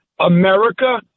America